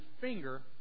finger